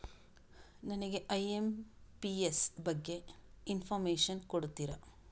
ನನಗೆ ಐ.ಎಂ.ಪಿ.ಎಸ್ ಬಗ್ಗೆ ಇನ್ಫೋರ್ಮೇಷನ್ ಕೊಡುತ್ತೀರಾ?